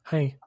Hey